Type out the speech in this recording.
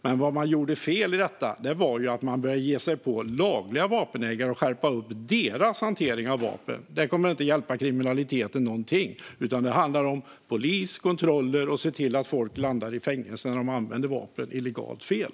Men det man gjorde fel i detta var att man började ge sig på lagliga vapenägare och skärpa deras hantering av vapen. Det kommer inte att avhjälpa kriminaliteten någonting. Det handlar om polis, om kontroller och om att se till att folk landar i fängelse när de använder vapen illegalt och fel.